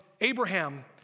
Abraham